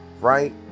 right